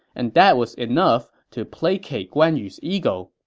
and that was enough to placate guan yu's ego.